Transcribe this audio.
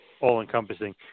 all-encompassing